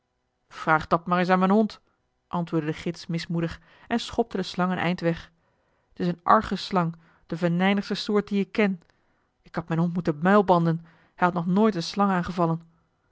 vraag dat maar eens aan mijn hond antwoordde de gids mismoedig en schopte de slang een eind weg t is een argusslang de venijnigste soort die ik ken ik had mijn hond moeten muilbanden hij had nog nooit eene slang aangevallen